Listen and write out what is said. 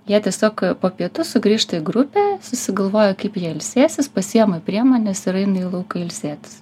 jie tiesiog po pietų sugrįžta į grupę susigalvoja kaip jie ilsėsis pasiima priemones yra eina į lauką ilsėtis